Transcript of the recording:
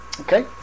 Okay